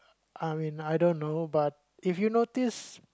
I mean I don't know but if you notice